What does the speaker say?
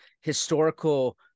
historical